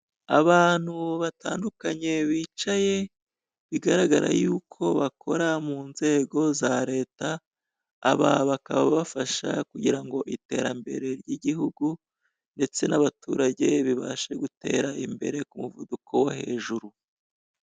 Abantu batandukanye bicaye bigaragara yuko bakora mu nzego za leta, aba bakaba bafasha kugira ngo iterambere ry'igihugu ndetse n'abaturage bibashe gutera imbere ku muvuduko wo hejuru.